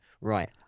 right